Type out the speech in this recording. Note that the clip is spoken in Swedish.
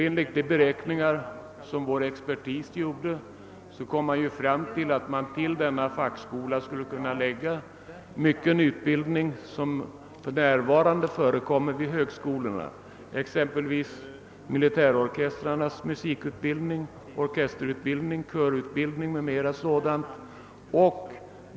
Enligt de beräkningar som vår expertis gjorde skulle man till denna fackskola kunna förlägga mycken utbildning som för närvarande förekommer vid högskolorna, exempelvis militärorkestrarnas musikutbildning, orkesterutbildning, körutbildning m.m.